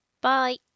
bye